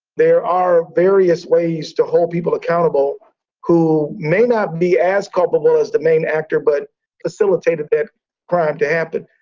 there are various ways to hold people accountable who may not be as culpable as the main actor, but facilitated that crime to happen.